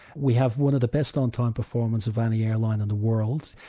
we have one of the best on-time performances of any airline in the world.